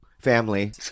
family